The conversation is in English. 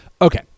Okay